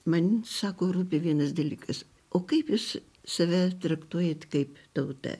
man sako rūpi vienas dalykas o kaip jūs save traktuojat kaip tauta